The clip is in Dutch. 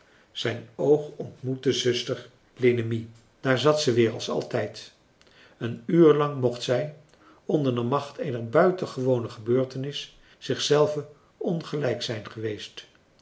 zijn oog ontmoette zuster lenemie daar zat ze weer als altijd een uur lang mocht zij onder de macht eener buitengewone gebeurtenis zich zelve ongelijk zijn geweest